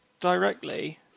directly